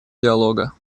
диалога